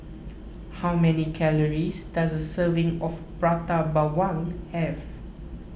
how many calories does a serving of Prata Bawang have